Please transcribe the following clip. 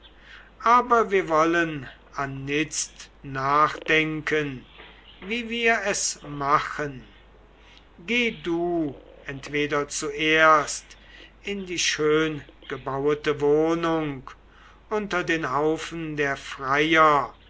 aber wir wollen anitzt nachdenken wie wir es machen geh du entweder zuerst in die schöngebauete wohnung unter den haufen der freier